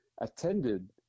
attended